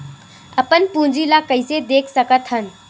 अपन पूंजी ला कइसे देख सकत हन?